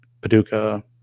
Paducah